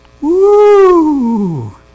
Woo